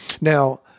now